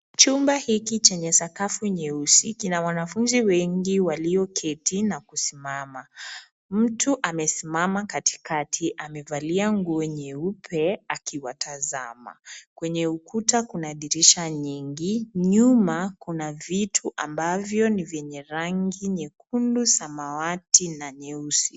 Chumba hiki chenye sakafu nyeusi, kina wanafunzi wengi walioketi na kusimama, mtu amesima katikati amevalia nguo nyeupe akiwatazama. Kwenye ukuta kuna dirisha nyingi, nyuma kuna vitu ambavyo venye rangi nyekundu, samawati na nyeusi.